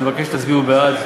אני מבקש שתצביעו בעד.